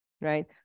right